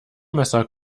messer